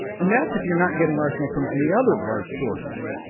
and that's if you're not getting arsenic from any other rice sources.